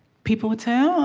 people would say, um